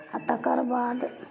आओर तकर बाद